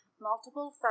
multiple